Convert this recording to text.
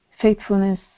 Faithfulness